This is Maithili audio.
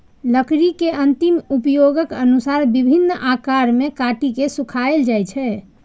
लकड़ी के अंतिम उपयोगक अनुसार विभिन्न आकार मे काटि के सुखाएल जाइ छै